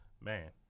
man